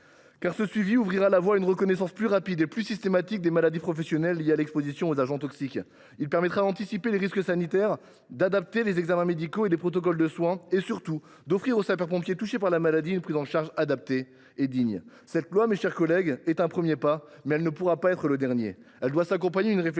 Ce suivi ouvrira la voie à une reconnaissance plus rapide et plus systématique des maladies professionnelles liées à l’exposition aux agents toxiques. Il permettra d’anticiper les risques sanitaires, d’adapter les examens médicaux et les protocoles de soins, et surtout d’offrir aux sapeurs pompiers touchés par la maladie une prise en charge adaptée et digne. Cette proposition de loi constitue un premier pas, mais elle ne pourra pas être le dernier, mes chers collègues ; elle doit s’accompagner d’une réflexion